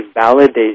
validate